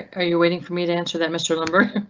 are you waiting for me to answer that mr. lumber?